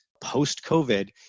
post-COVID